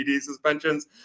suspensions